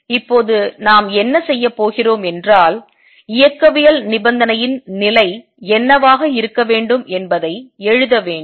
இப்போது நாம் என்ன செய்யப் போகிறோம் என்றால் இயக்கவியல் நிபந்தனையின் நிலை என்னவாக இருக்க வேண்டும் என்பதை எழுதவேண்டும்